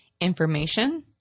information